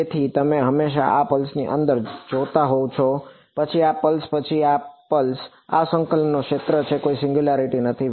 તેથી તમે હંમેશાં આ પલ્સથી અંતર જોતા હોવ છો પછી આ પલ્સ પછી આ પછી આ પલ્સ આ સંકલનનો ક્ષેત્ર છે કોઈ સિંગયુંલારીટી નથી